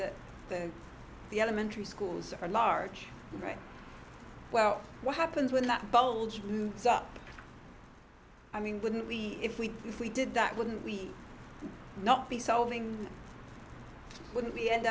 that the the elementary schools are large right well what happens when that bulge moves up i mean wouldn't we if we if we did that wouldn't we not be solving wouldn't we end